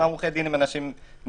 אמנם עורכי דין הם אנשים נבונים,